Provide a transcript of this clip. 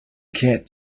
cat